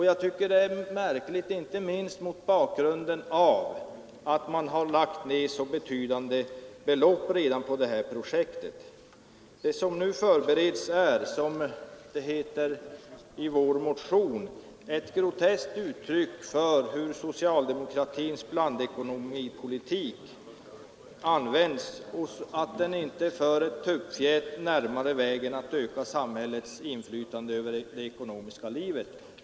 Jag tycker att det är märkligt inte minst mot bakgrunden av att man redan har lagt ned så betydande belopp på det här projektet. Det som nu förbereds är, som det heter i vår motion, ”ett groteskt uttryck för regeringens blandekonomipolitik”, som inte för oss ett tuppfjät närmare på vägen att öka samhällets inflytande över det ekonomiska livet.